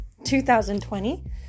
2020